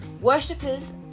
Worshippers